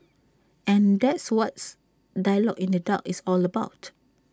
and that's what's dialogue in the dark is all about